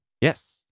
Yes